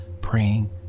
praying